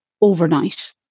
overnight